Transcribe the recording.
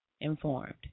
informed